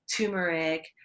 turmeric